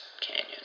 canyon